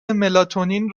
ملاتونین